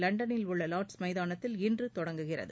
லண்டனில் உள்ள லார்ட்ஸ் மைதானத்தில் இன்று தொடங்குகிறது